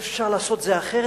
אפשר לעשות את זה אחרת.